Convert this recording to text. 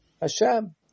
Hashem